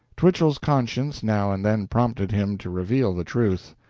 twichell's conscience now and then prompted him to reveal the truth.